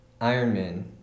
Ironman